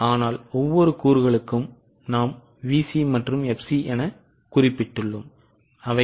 ஆனால் ஒவ்வொரு கூறுகளுக்கும் நாங்கள் VC மற்றும் FC என குறிப்பிட்டுள்ளோம்